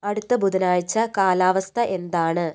അടുത്ത ബുധനാഴ്ച കാലാവസ്ഥ എന്താണ്